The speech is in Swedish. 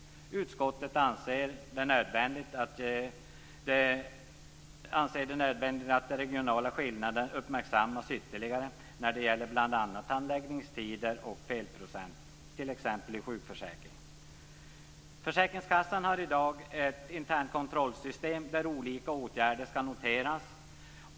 Utskottet anser det nödvändigt att de regionala skillnaderna uppmärksammas ytterligare när det gäller bl.a. handläggningstider och felprocent, t.ex. i sjukförsäkringen. Försäkringskassorna har i dag ett internkontrollsystem där olika åtgärder skall noteras.